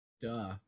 duh